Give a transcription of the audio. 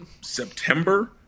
September